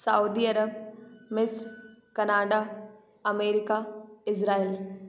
Saudi Arab Egypt Canada America Israel